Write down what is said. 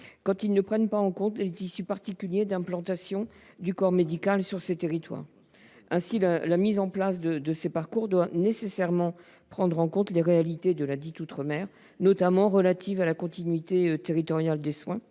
quand ils ne prennent pas en compte les tissus particuliers d’implantation du corps médical dans ces territoires. Ainsi, la mise en place de ces parcours doit nécessairement prendre en compte les réalités de l’outre mer, notamment celles qui sont relatives à la continuité territoriale des soins,